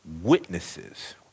witnesses